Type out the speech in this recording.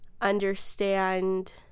understand